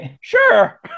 Sure